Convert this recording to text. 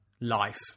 life